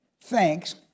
Thanks